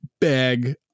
bag